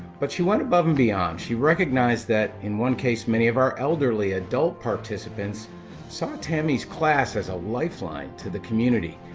but she went above and beyond she recognized that in one case many of our elderly adult participants saw tammy's class as a lifeline to the community,